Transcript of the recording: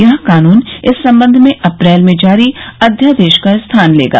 यह कानून इस संबंध में अप्रैल में जारी अध्यादेश का स्थान लेगा